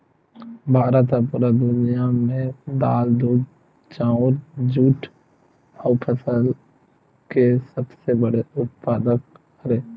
भारत हा पूरा दुनिया में दाल, दूध, चाउर, जुट अउ कपास के सबसे बड़े उत्पादक हरे